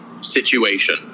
situation